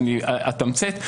אני אתמצת.